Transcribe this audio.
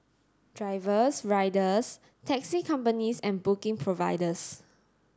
drivers riders taxi companies and booking providers